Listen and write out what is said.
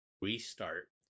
restart